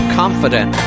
confident